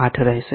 8 રહેશે